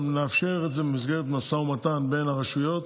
ונאפשר את זה במסגרת משא ומתן בין הרשויות,